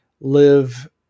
live